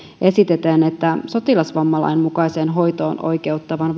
esitetään että sotilasvammalain mukaiseen hoitoon oikeuttavan